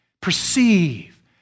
perceive